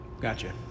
Gotcha